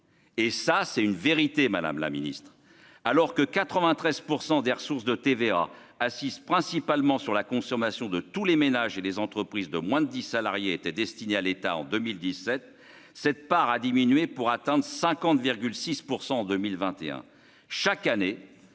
et ça c'est une vérité, Madame la Ministre, alors que 93 % des ressources de TVA assise principalement sur la consommation de tous les ménages et les entreprises de moins de 10 salariés étaient destinés à l'État en 2017, cette part a diminué pour atteindre 50 6 % en 2021